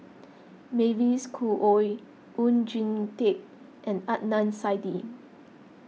Mavis Khoo Oei Oon Jin Teik and Adnan Saidi